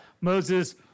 Moses